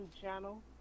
channel